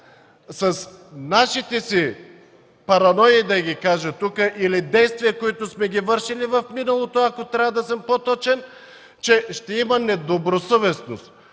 с нашите си паранои, да ги кажа, или действия, които сме вършили в миналото, ако трябва да съм по-точен, че ще има недобросъвестност.